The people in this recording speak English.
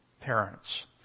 parents